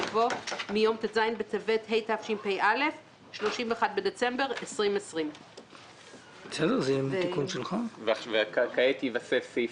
יבוא "מיום ט"ז בטבת התשפ"א (31 בדצמבר 2020)". וכעת נוסיף סעיף